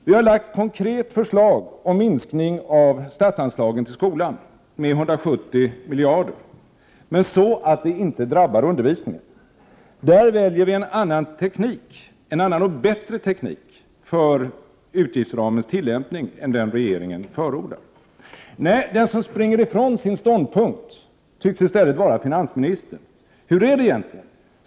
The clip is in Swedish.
Vi har framlagt ett konkret förslag om en minskning av statsanslagen till skolan med 170 milj.kr. men så att det inte drabbar undervisningen. Där väljer vi en annan och bättre teknik för utgiftsramens tillämpning än den regeringen förordar. Nej, den som springer ifrån sin ståndpunkt tycks i stället vara finansministern. Hur är det egentligen?